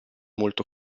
molto